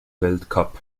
weltcup